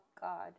God